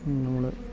നമ്മൾ